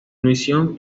misión